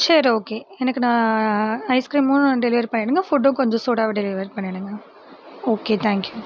சரி ஓகே எனக்கு நான் ஐஸ்க்ரீமும் டெலிவரி பண்ணிடுங்கள் ஃபுட்டும் கொஞ்சம் சூடாகவே டெலிவரி பண்ணிடுங்கள் ஓகே தேங்க்யூ